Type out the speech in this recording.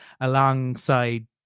alongside